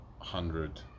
hundred